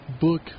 book